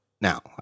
Now